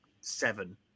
seven